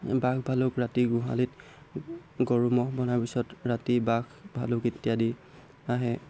বাঘ ভালুক ৰাতি গোহালিত গৰু ম'হ বন্ধাৰ পিছত ৰাতি বাঘ ভালুক ইত্যাদি আহে